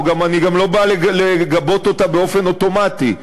אני גם לא בא לגבות אותה באופן אוטומטי,